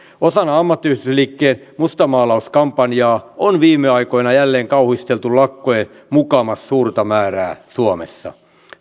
osana ammattiyhdistysliikkeen mustamaalauskampanjaa on viime aikoina jälleen kauhisteltu lakkojen mukamas suurta määrää suomessa